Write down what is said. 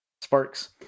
sparks